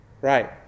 Right